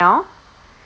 now